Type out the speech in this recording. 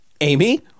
Amy